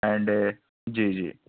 and جی جی